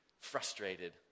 frustrated